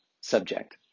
subject